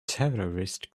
terrorist